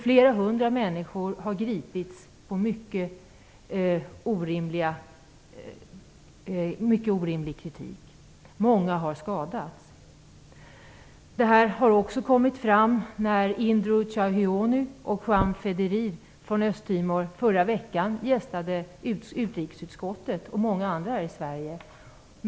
Flera hundra människor har gripits på grundval av mycket orimlig kritik. Många har skadats. En liknande beskrivning av situationen på Östtimor har också gjorts av Indro Tjahyono och Juan Fedirer från Östtimor, som förra veckan gästade utrikesutskottet och många andra här i Sverige.